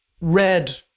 red